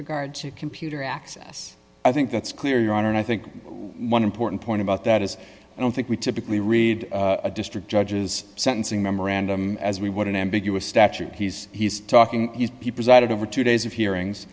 regard to computer access i think that's clear your honor and i think one important point about that is i don't think we typically read a district judges sentencing memorandum as we would an ambiguous statute he's he's talking he presided over two days of hearings